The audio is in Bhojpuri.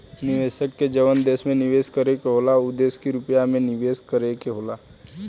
निवेशक के जवन देश में निवेस करे के होला उ देश के रुपिया मे निवेस करे के होला